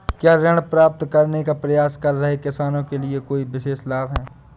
क्या ऋण प्राप्त करने का प्रयास कर रहे किसानों के लिए कोई विशेष लाभ हैं?